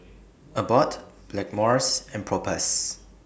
Abbott Blackmores and Propass